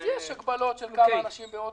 יש הגבלות של כמה אנשים באוטובוס.